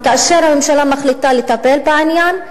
כאשר הממשלה מחליטה לטפל בעניין,